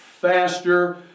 faster